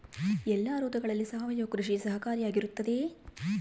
ಎಲ್ಲ ಋತುಗಳಲ್ಲಿ ಸಾವಯವ ಕೃಷಿ ಸಹಕಾರಿಯಾಗಿರುತ್ತದೆಯೇ?